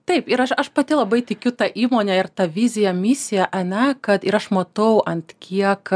taip ir aš pati labai tikiu ta įmone ir tą vizija misija ane kad ir aš matau ant kiek